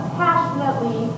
passionately